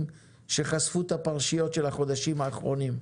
שחשפו את הפרשיות של החודשים האחרונים,